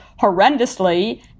horrendously